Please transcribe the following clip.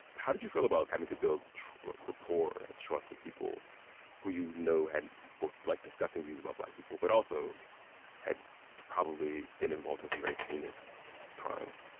how did you feel about having to build rapport and trust with people who you know had both, like, disgusting views about black people but also had probably been involved in some very heinous crimes?